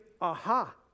aha